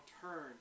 turn